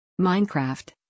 Minecraft